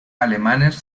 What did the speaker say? alemanes